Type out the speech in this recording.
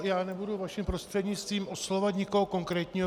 Já nebudu vašim prostřednictvím oslovovat nikoho konkrétního.